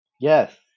Yes